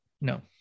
No